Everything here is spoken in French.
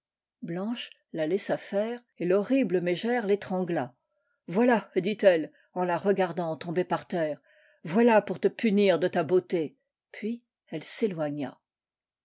blanche la laissa faire et l'horrible mégère l'étrangla voilà dit-elle en la regardant tomber par terre voilà pour te punir de ta beauté puis elle s'éloigna